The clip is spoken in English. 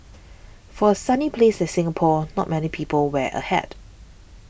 for a sunny place like Singapore not many people wear a hat